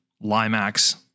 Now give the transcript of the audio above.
LIMAX